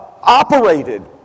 operated